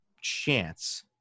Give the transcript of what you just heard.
chance